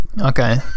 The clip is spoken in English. Okay